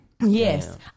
yes